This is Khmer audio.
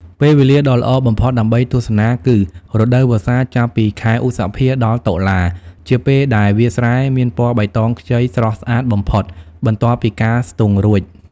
ពេលវេលាដ៏ល្អបំផុតដើម្បីទស្សនាគឺ រដូវវស្សាចាប់ពីខែឧសភា ដល់តុលា ជាពេលដែលវាលស្រែមានពណ៌បៃតងខ្ចីស្រស់ស្អាតបំផុត បន្ទាប់ពីការស្ទូងរួច ។